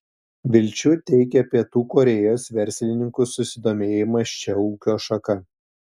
vilčių teikia pietų korėjos verslininkų susidomėjimas šia ūkio šaka